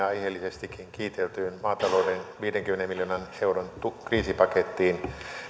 aiheellisestikin kiiteltyyn maatalouden viidenkymmenen miljoonan euron kriisipakettiin